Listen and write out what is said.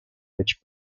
which